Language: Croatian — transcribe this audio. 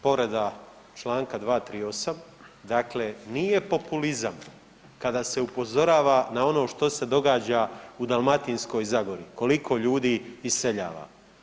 Povreda Članka 238., dakle nije populizam kada se upozorava na ono što se događa u Dalmatinskoj zagori, koliko ljudi iseljava.